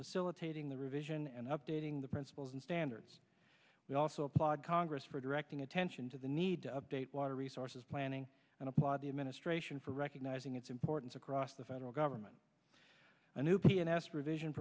facilitating the revision and updating the principles and standards we also applaud congress for directing attention to the need to update water resources planning and applaud the administration for recognizing its importance across the federal government a new p s revision